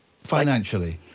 financially